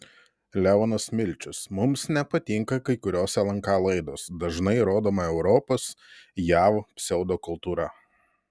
leonas milčius mums nepatinka kai kurios lnk laidos dažnai rodoma europos jav pseudokultūra